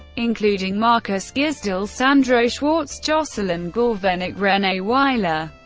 including markus gisdol, sandro schwarz, jocelyn gourvennec, rene weiler,